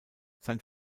sein